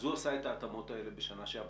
אז הוא עשה את ההתאמות האלה בשנה שעברה,